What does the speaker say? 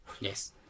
Yes